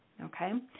Okay